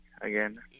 again